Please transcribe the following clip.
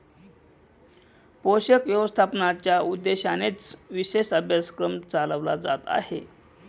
पोषक व्यवस्थापनाच्या उद्देशानेच विशेष अभ्यासक्रम चालवला जात आहे